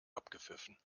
abgepfiffen